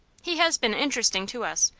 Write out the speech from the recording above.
he has been interesting to us,